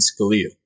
Scalia